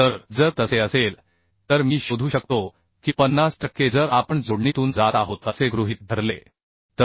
तर जर तसे असेल तर मी शोधू शकतो की 50 टक्के जर आपण जोडणीतून जात आहोत असे गृहीत धरले तर 0